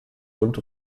und